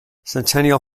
centennial